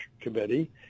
committee